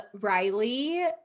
Riley